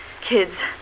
kids